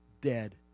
dead